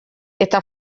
eta